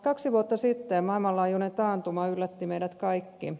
kaksi vuotta sitten maailmalaajuinen taantuma yllätti meidät kaikki